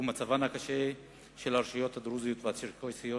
והוא מצבן הקשה של הרשויות הדרוזיות והצ'רקסיות,